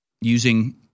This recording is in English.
using